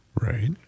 Right